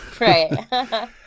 Right